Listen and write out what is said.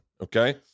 Okay